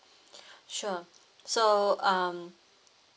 sure so um